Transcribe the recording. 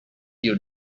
you